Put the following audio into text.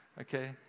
Okay